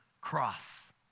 cross